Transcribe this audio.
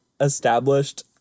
established